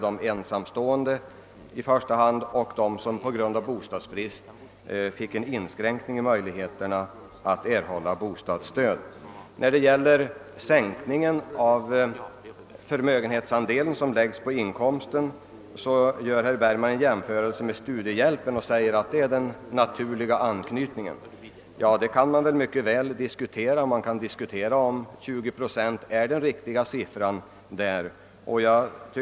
Mot just detta hade herr Bergman nu ingen invändning att göra. Beträffande sänkningen av förmögenhetsandelen som lägges på inkomsten gjorde herr Bergman en jämförelse med studiehjälpen och sade att där är den naturliga anknytningen. Men det kan väl diskuteras huruvida 20 procent är den riktiga siffran i det sammanhanget.